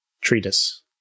treatise